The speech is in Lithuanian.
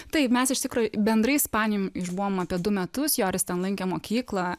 taip mes iš tikro bendrai ispanijoj išbuvom apie du metus joris ten lankė mokyklą